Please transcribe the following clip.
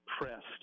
pressed